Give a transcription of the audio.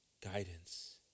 guidance